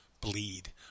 bleed